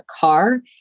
car